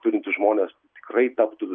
turintys žmonės tikrai taptų